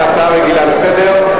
ההצעה שלך כהצעה רגילה לסדר-היום.